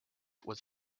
was